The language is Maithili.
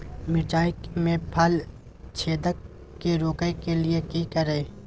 मिर्चाय मे फल छेदक के रोकय के लिये की करियै?